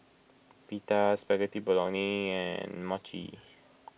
Pita Spaghetti Bolognese and Mochi